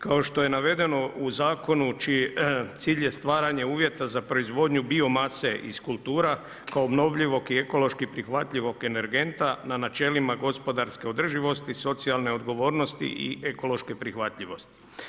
Kao što je navedeno u zakonu čiji cilj je stvaranje uvjeta za proizvodnju biomase iz kultura kao obnovljivog i ekološki prihvatljivog energenta na načelima gospodarske održivosti, socijalne odgovornosti i ekološke prihvatljivosti.